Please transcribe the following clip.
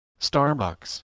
Starbucks